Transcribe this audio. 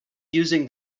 using